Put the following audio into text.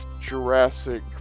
jurassic